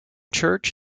church